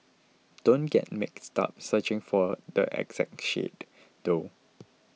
don't get mixed up searching for the exact shade though